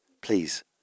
Please